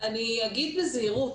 אני אגיד בזהירות,